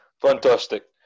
Fantastic